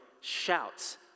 shouts